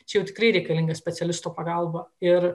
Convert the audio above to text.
čia jau tikrai reikalinga specialistų pagalba ir